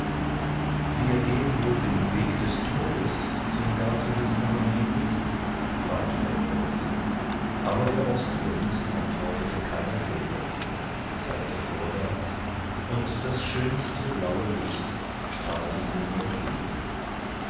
wir gehen wohl den weg des todes zum garten des paradieses fragte der prinz aber der ostwind antwortete keine silbe zeigte vorwärts und das schönste blaue licht strahlte ihnen entgegen